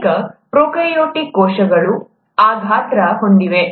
ಅನೇಕ ಪ್ರೊಕಾರ್ಯೋಟಿಕ್ ಕೋಶಗಳು ಆ ಗಾತ್ರವನ್ನು ಹೊಂದಿವೆ